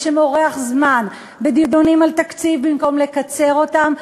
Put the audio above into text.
שמורח זמן בדיונים על תקציב במקום לקצר אותם,